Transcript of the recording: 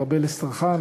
לארבל אסטרחן,